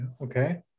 Okay